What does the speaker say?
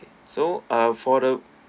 so uh for the